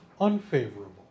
unfavorable